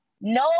no